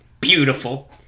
beautiful